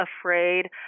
afraid